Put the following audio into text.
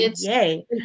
yay